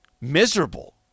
miserable